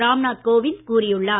ராம் நாத் கோவிந்த் கூறியுள்ளார்